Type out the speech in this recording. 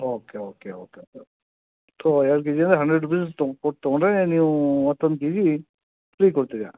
okay okay okay ತೊ ಎರಡು KG ಅಂದರೆ ಹಂಡ್ರೆಡ್ ರುಪೀಸ್ ತೊ ಕೊಟ್ಟು ತೊಗೊಂಡರೆ ನೀವೂ ಮತ್ತೊಂದು ಕೆಜಿ ಫ್ರೀ ಕೊಡ್ತಿದೀರಾ